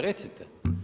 Recite?